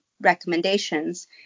recommendations